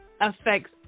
affects